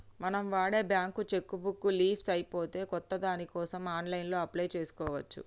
మనం వాడే bank cheque book leafs అయిపోతే కొత్త దానికోసం ఆన్లైన్లో అప్లై చేసుకోవచ్చు